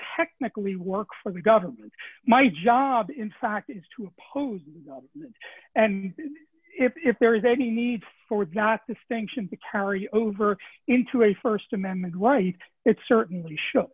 technically work for the government my job in fact is to oppose and if there is any need for not distinction to carry over into a st amendment right it certainly show